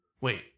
Wait